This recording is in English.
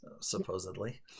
supposedly